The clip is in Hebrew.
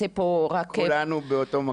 כולנו באותו מקום.